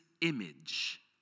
image